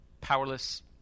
powerless